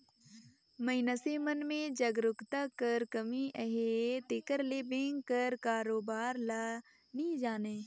मइनसे मन में जागरूकता कर कमी अहे तेकर ले बेंक कर कारोबार ल नी जानें